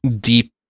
deep